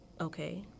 okay